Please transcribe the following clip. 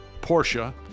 Porsche